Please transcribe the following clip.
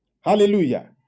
Hallelujah